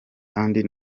thandi